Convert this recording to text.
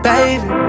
Baby